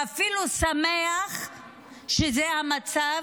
ואפילו שמח שזה המצב,